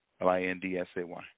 L-I-N-D-S-A-Y